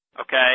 okay